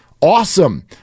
awesome